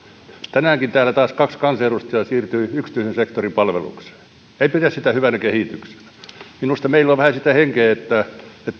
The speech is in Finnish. tänäänkin täällä taas kaksi kansanedustajaa siirtyi yksityisen sektorin palvelukseen en pidä sitä hyvänä kehityksenä minusta meillä on vähän sitä henkeä että